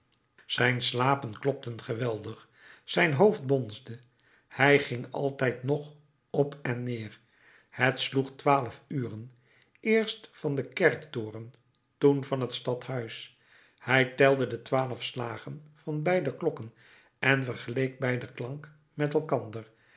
zijn slapen klopten geweldig zijn hoofd bonsde hij ging altijd nog op en neer het sloeg twaalf uren eerst van den kerktoren toen van t stadhuis hij telde de twaalf slagen van beide klokken en vergeleek beider klank met elkander